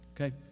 Okay